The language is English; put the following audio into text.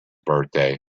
birthday